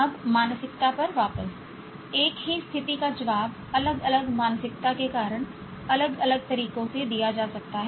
अब मानसिकता पर वापस एक ही स्थिति का जवाब अलग अलग मानसिकता के कारण अलग अलग तरीकों से दिया जा सकता है